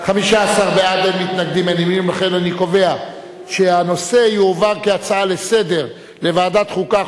להצעה לסדר-היום ולהעביר את הנושא לוועדת החוקה,